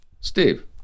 Steve